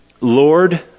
Lord